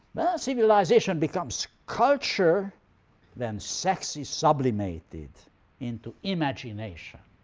civilization becomes culture when sex is sublimated into imagination.